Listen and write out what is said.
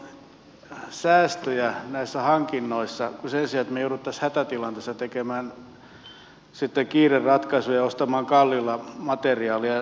tämä tuo säästöjä näissä hankinnoissa sen sijaan että me joutuisimme hätätilanteessa tekemään sitten kiireratkaisuja ja ostamaan kalliilla materiaalia